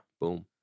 boom